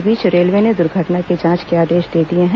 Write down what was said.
इस बीच रेलवे ने द्र्घटना की जांच के आदेश दे दिए हैं